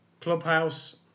Clubhouse